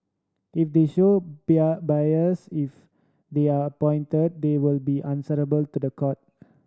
if they show bias if they are appointed they will be answerable to the court